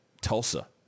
Tulsa